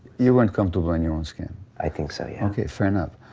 you weren't comfortable in your own skin? i think so, yeah. okay, fair enough,